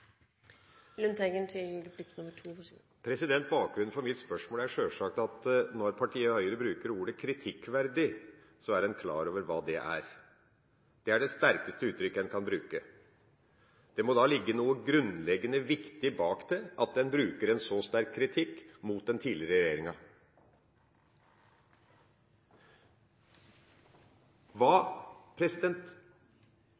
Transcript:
Lundteigen innledet med å tillegge meg, er i virkeligheten direkte sitat fra Riksrevisjonens rapport. Så det er ikke bare jeg som hevder at avtaleverket førte til det det gjorde. Bakgrunnen for mitt spørsmål er sjølsagt at når partiet Høyre bruker ordet «kritikkverdig», er en klar over hva det betyr. Det er det sterkeste uttrykket en kan bruke. Det må da ligge noe grunnleggende viktig bak at en bruker en